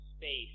space